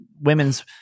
women's